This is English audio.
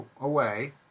away